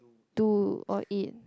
do or eat